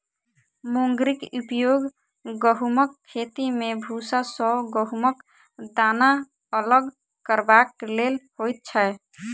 मुंगरीक उपयोग गहुमक खेती मे भूसा सॅ गहुमक दाना अलग करबाक लेल होइत छै